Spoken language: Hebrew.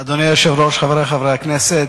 אדוני היושב-ראש, חברי חברי הכנסת,